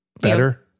better